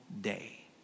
day